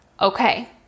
okay